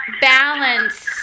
balance